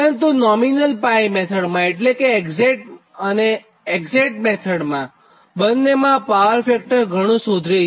પરંતુ નોમિનલ 𝜋 મેથડમાં કે એક્ઝેટ મેથડમાં પાવર ફેક્ટર ઘણું સુધરી 0